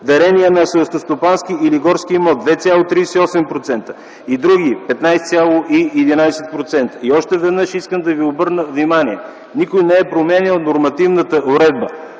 дарение на селскостопански или горски имот – 2,38% и други – 15,10%. Още веднъж искам да ви обърна внимание – никой не е променил нормативната уредба.